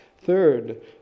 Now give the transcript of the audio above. Third